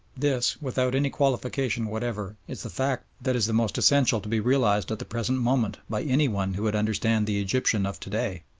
this, without any qualification whatever, is the fact that is the most essential to be realised at the present moment by anyone who would understand the egyptian of to-day.